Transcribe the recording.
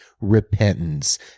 repentance